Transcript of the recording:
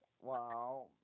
Wow